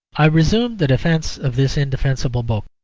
i resume the defence of this indefensible book.